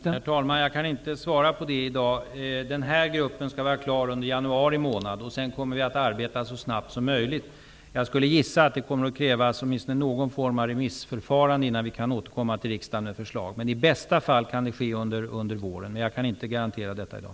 Herr talman! Jag kan inte svara på det i dag. Den här gruppen skall vara klar under januari månad. Sedan kommer vi att arbeta så snabbt som möjligt. Jag skulle gissa att det kommer att krävas åtminstone någon form av remissförfarande innan vi kan återkomma till riksdagen med förslag. I bästa fall kan det ske under våren, men jag kan inte garantera detta i dag.